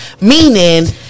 Meaning